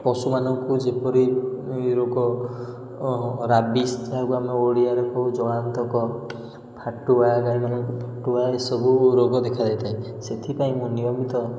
ପଶୁମାନଙ୍କୁ ଯେପରି ରୋଗ ରାବିଶ୍ ତାକୁ ଓଡ଼ିଆରେ କହୁ ଜଳାନ୍ତକ ଫାଟୁଆ ଗାଇମାନଙ୍କୁ ଫାଟୁଆ ଏସବୁ ରୋଗ ଦେଖା ଯାଇଥାଏ ସେଥିପାଇଁ ମୁଁ ନିୟମିତ